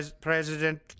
President